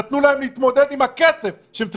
נתנו להם להתמודד לבד עם הכסף שהם צריכים